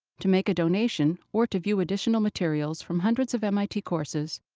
to make a donation or to view additional materials from hundreds of mit courses,